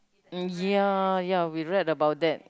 mm ya ya we read about that